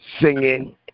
singing